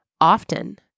often